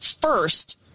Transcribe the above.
first